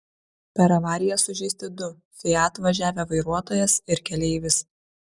per avariją sužeisti du fiat važiavę vairuotojas ir keleivis